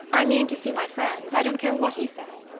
i mean to see my friends i don't care what he says.